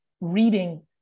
reading